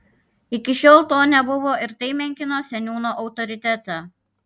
iki šiol to nebuvo ir tai menkino seniūno autoritetą